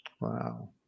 Wow